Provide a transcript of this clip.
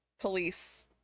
police